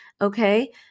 Okay